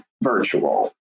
virtual